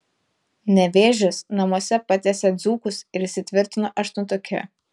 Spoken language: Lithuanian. nevėžis namuose patiesė dzūkus ir įsitvirtino aštuntuke